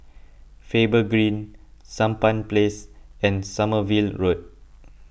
Faber Green Sampan Place and Sommerville Road